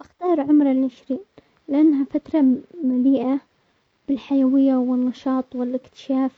اختارعمر العشرين لانها فترة مليئة بالحيوية والنشاط والاكتشاف،